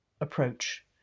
approach